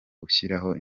gushyiraho